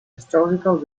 historical